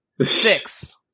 Six